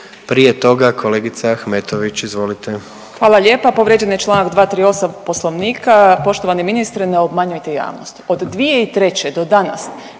Prije toga kolegica Ahmetović, izvolite. **Ahmetović, Mirela (SDP)** Hvala lijepa. Povrijeđen je čl. 238. poslovnika, poštovani ministre ne obmanjujte javnost. Od 2003. do danas